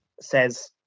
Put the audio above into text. says